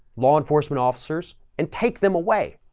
law enforcement officers and take them away.